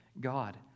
God